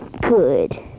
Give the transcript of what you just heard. good